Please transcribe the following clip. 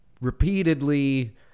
repeatedly